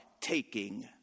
taking